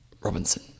Robinson